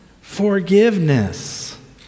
forgiveness